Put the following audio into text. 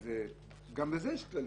גם בזה יש כללים.